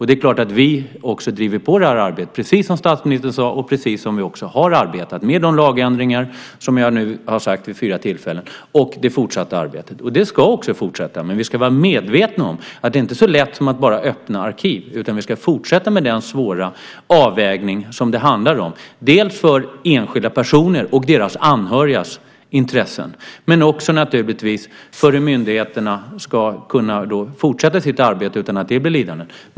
Det är klart att vi också driver på det, precis som statsministern sade och precis som vi har gjort med de lagändringar som jag nu har nämnt vid fyra tillfällen och det fortsatta arbetet. Det ska fortsätta, men vi ska vara medvetna om att det inte är så lätt som att bara öppna arkiv. Vi ska fortsätta med den svåra avvägning som det handlar om för enskilda personer och deras anhörigas intressen och för hur myndigheterna ska kunna fortsätta sitt arbete utan att det blir lidande.